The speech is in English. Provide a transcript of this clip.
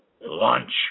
Lunch